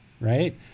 right